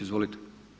Izvolite.